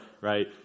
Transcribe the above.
right